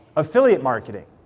affiliate marketing.